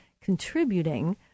contributing